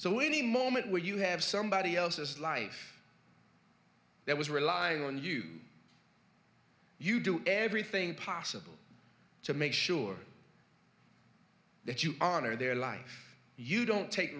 so any moment where you have somebody else's life that was relying on you you do everything possible to make sure that you honor their life you don't take